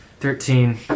Thirteen